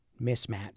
mismatch